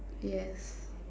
yes